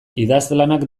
idazlanak